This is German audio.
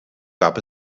gab